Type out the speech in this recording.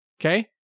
Okay